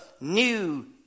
New